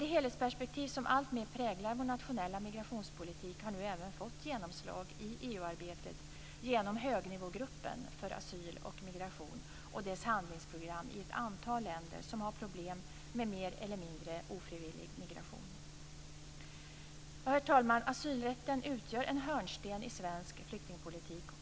Det helhetsperspektiv som alltmer präglar vår nationella migrationspolitik har nu även fått genomslag i EU-arbetet genom Högnivågruppen för asyl och migration och dess handlingsprogram i ett antal länder som har problem med mer eller mindre ofrivillig migration. Herr talman! Asylrätten utgör en hörnsten i svensk flyktingpolitik.